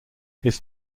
his